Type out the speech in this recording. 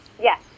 Yes